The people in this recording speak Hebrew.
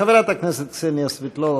חברת הכנסת קסניה סבטלובה,